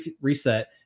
reset